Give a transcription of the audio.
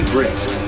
Brisk